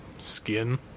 skin